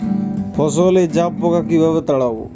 ফসলে জাবপোকা কিভাবে তাড়াব?